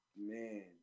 Man